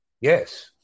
yes